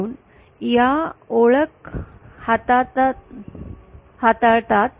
म्हणून या ओळख हाताळतात